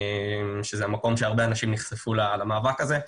זה המקום שהרבה אנשים נחשפו למאבק הזה.